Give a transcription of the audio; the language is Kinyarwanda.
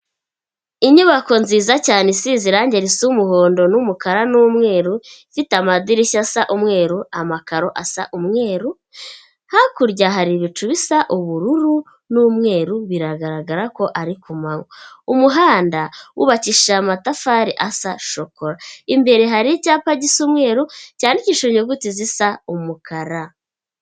Inyubako nziza cyane size irangi risa umuhondo n'umukara n'umweru, ifite amadirishya asa umweru, amakaro asa umweru; hakurya hari ibicu bisa ubururu n'umweru, biragaragara ko ari ku manywa. Umuhanda wubakishije amatafari asa shokora, imbere hari icyapa gisa umweru cyandikishije inyuguti zisa umukara.